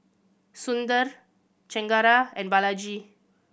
Sundar Chengara and Balaji